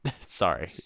Sorry